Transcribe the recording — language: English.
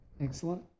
Excellent